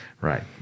right